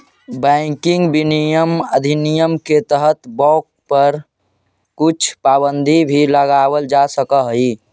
banking विनियमन अधिनियम के तहत बाँक पर कुछ पाबंदी भी लगावल जा सकऽ हइ